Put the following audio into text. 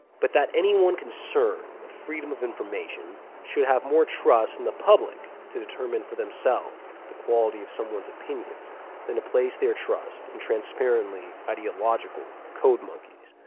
but that anyone concerned with freedom of information should have more trust in the public to determine for themselves the quality of someone's opinions than to place their trust in transparently ideological code monkeys,